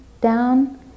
down